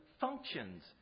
functions